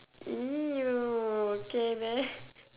!eww! okay then